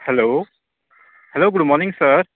hello hello good morning sir